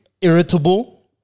irritable